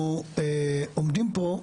אנחנו עומדים פה,